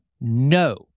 no